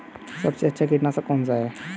सबसे अच्छा कीटनाशक कौन सा है?